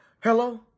Hello